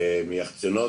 שמיחצנות,